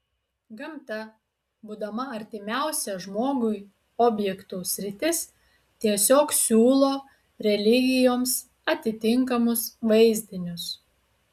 gamta būdama artimiausia žmogui objektų sritis tiesiog siūlo religijoms atitinkamus vaizdinius